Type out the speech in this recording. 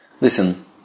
listen